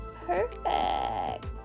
Perfect